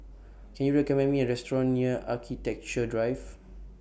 Can YOU recommend Me A Restaurant near Architecture Drive